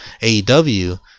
AEW